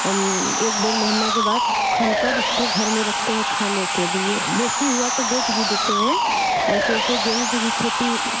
हम एक डेढ़ महीना के बाद खोदकर उसको घर में रखते हैं खाने के लिए हुआ तो बेच भी देते हैं ऐसे ऐसे गेंहूँ की भी खेती